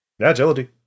Agility